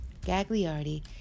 Gagliardi